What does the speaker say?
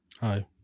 hi